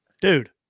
Dude